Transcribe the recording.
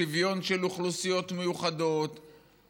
שוויון של אוכלוסיות מיוחדות,